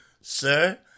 Sir